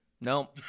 No